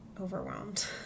overwhelmed